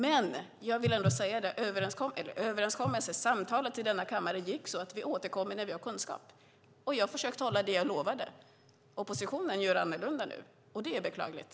Men jag vill ändå säga att samtalet i denna kammare gick så att vi återkommer när vi har kunskap. Jag har försökt hålla det jag lovade. Oppositionen gör annorlunda nu, och det är beklagligt.